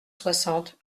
soixante